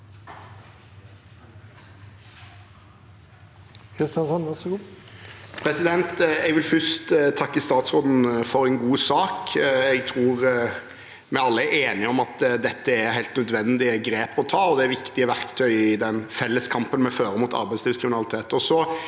Kristjánsson (R) Jeg vil først tak- ke statsråden for en god sak. Jeg tror vi alle er enige om at dette er helt nødvendige grep å ta, og det er viktige verktøy i den felles kampen vi fører mot arbeidslivskriminalitet.